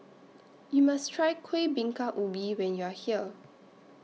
YOU must Try Kueh Bingka Ubi when YOU Are here